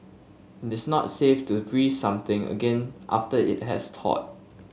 it is not safe to freeze something again after it has thawed